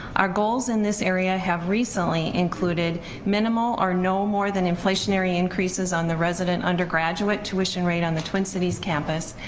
our goals in this area have recently included minimal or no more than inflationary increases on the resident undergraduate tuition rate on the twin cities campus,